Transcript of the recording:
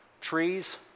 Trees